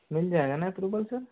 मिल जाएगा न approval sir